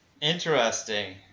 Interesting